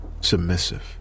submissive